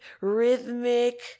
rhythmic